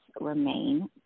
remain